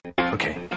Okay